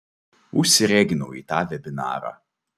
užsireginau į tą vebinarą